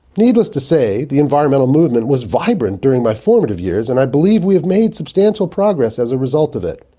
needless to say the environmental movement was vibrant during my formative years and i believe we have made substantial progress as a result of it.